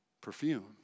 perfume